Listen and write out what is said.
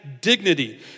dignity